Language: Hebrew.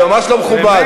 זה ממש לא מכובד.